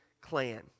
clan